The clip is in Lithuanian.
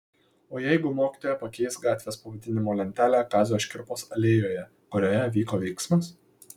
o jeigu mokytoja pakeis gatvės pavadinimo lentelę kazio škirpos alėjoje kurioje vyko veiksmas